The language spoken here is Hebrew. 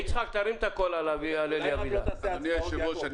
אדוני היושב ראש,